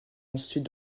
ensuite